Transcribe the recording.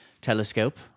telescope